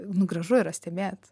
nu gražu yra stebėti